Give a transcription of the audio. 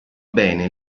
bene